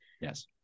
Yes